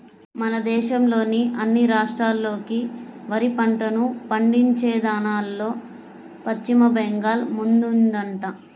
మన దేశంలోని అన్ని రాష్ట్రాల్లోకి వరి పంటను పండించేదాన్లో పశ్చిమ బెంగాల్ ముందుందంట